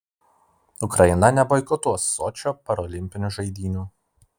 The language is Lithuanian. ukraina neboikotuos sočio parolimpinių žaidynių